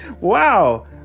Wow